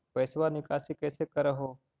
पैसवा निकासी कैसे कर हो?